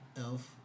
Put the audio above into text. Elf